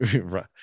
Right